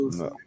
no